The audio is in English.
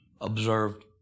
observed